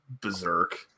berserk